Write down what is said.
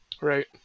Right